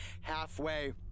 halfway